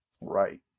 right